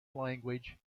language